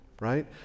right